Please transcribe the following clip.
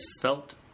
felt